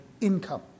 income